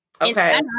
okay